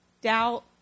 doubt